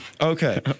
Okay